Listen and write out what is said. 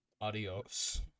Adios